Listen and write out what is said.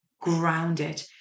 grounded